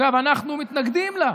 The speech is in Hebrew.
אגב, אנחנו מתנגדים לה.